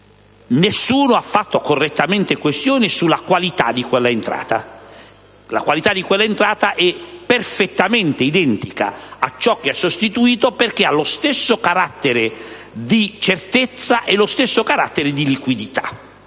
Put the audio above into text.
Nessuno ha fatto correttamente questioni sulla qualità di quella entrata, che è perfettamente identica a ciò che ha sostituito, perché ha lo stesso carattere di certezza e di liquidità.